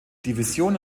division